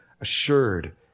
assured